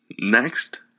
Next